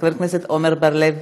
חבר הכנסת עמר בר-לב,